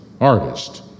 artist